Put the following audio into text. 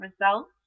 results